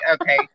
okay